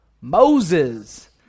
Moses